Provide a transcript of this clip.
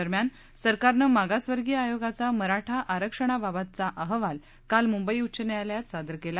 दरम्यान सरकारनं मागासवर्गीय आयोगाचा मराठा आरक्षणाबाबतचा अहवाल काल मुंबई उच्च न्यायालयात सादर केला